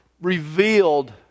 revealed